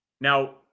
Now